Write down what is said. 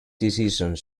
decisions